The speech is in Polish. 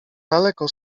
daleko